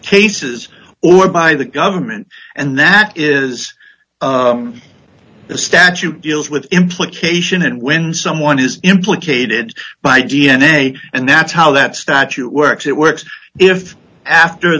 cases or by the government and that is the statute deals with implication and when someone is implicated by d n a and that's how that statute works it works if after